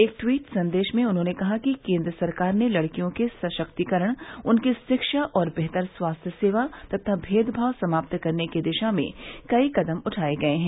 एक ट्वीट संदेश में उन्होंने कहा कि केंद्र सरकार ने लडकियों के सशक्तिकरण उनकी शिक्षा और बेहतर स्वास्थ्य सेवा तथा भेदभाव समाप्त करने की दिशा में कई कदम उठाए हैं